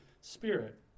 Spirit